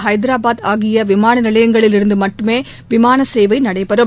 ஹைதராபாத் ஆகிய விமான நிலையங்களில் இருந்து மட்டும் விமானசேவை நடைபெறும்